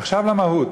עכשיו למהות.